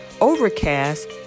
Overcast